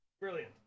Brilliant